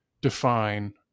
define